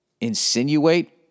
insinuate